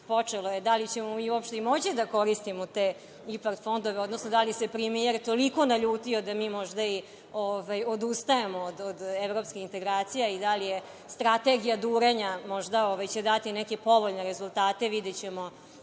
da li ćemo uopšte i moći da koristimo te IPARD fondove, odnosno da li se premijer toliko naljutio da mi možda i odustajemo od evropskih integracija i da li će strategija durenja možda dati neke povoljne rezultate. Videćemo